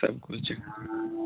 सभकिछु